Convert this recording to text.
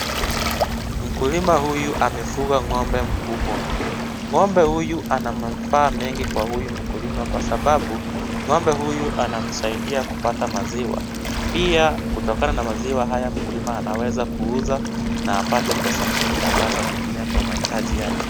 Mkulima huyu amefuga ng'ombe mkubwa. Ng'ombe huyu ana manufaa mengi kwa huyu mkulima kwa sababu, ng'ombe huyu anamsaidia kupata maziwa. Pia kutokana na maziwa haya mkulima anaweza kuuza, na apate pesa mingi ambazo atatumia kwa mahitaji yake.